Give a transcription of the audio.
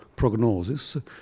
prognosis